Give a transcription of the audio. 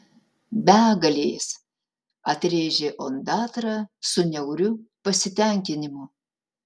begalės atrėžė ondatra su niauriu pasitenkinimu